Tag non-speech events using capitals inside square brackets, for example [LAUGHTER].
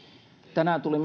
tänään tuli [UNINTELLIGIBLE]